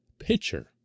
pitcher